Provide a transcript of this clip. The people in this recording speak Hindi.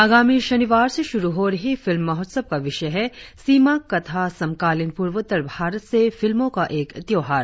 आगामी शनिवार से शुरु हो रही फिल्म महोत्सव का विषय है सीमा कथा समकालीन प्रर्वोत्तर भारत से फिल्मों का एक त्यौहार